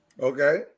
Okay